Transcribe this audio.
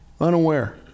Unaware